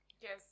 Yes